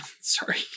Sorry